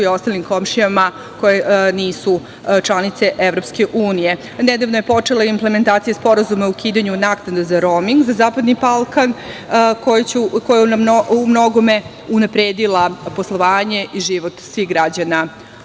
i ostalim komšijama koji nisu članice EU.Nedavno je počela i implementacija Sporazuma o ukidanju naknada za roming za Zapadni Balkan koji nam je umnogome unapredila poslovanje i život svih građana